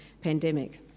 pandemic